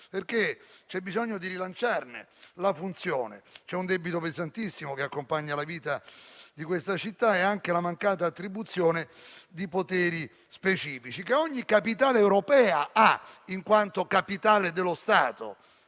perché c'è bisogno di rilanciarne la funzione. C'è un debito pesantissimo che accompagna la vita di questa città e pesa anche la mancata attribuzione di poteri specifici che ogni capitale europea ha in quanto capitale dello Stato.